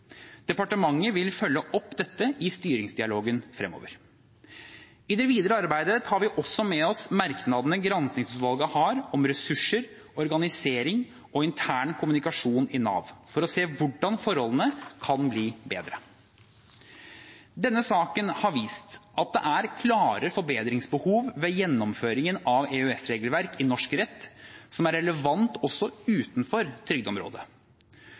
Departementet vil følge opp dette i styringsdialogen fremover. I det videre arbeidet tar vi også med oss merknadene granskingsutvalget har om ressurser, organisering og intern kommunikasjon i Nav, for å se hvordan forholdene kan bli bedre. Denne saken har vist at det er klare forbedringsbehov ved gjennomføringen av EØS-regelverk i norsk rett som er relevante også utenfor trygdeområdet.